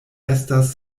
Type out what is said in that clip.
estas